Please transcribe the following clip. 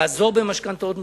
תעזור במשכנתאות מוגדלות,